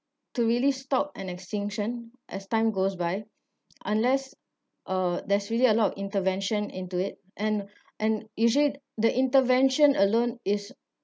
to really stopped an extinction as time goes by unless uh there's really a lot of intervention into it and and usually the intervention alone is